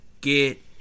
get